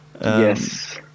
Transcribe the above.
Yes